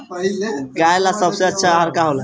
गाय ला सबसे अच्छा आहार का होला?